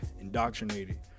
indoctrinated